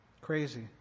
Crazy